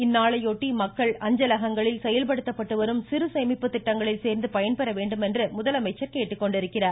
இந்நாளையொட்டி மக்கள் அஞ்சலகங்களில் செயல்படுத்தப்பட்டுவரும் சிறுசேமிப்பு திட்டங்களில் சேர்ந்து பயன்பெற வேண்டும் என்று முதலமைச்சர் கேட்டுக்கொண்டுள்ளார்